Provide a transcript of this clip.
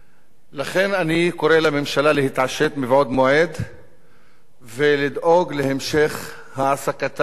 אני קורא לממשלה להתעשת מבעוד מועד ולדאוג להמשך העסקתם של העובדים.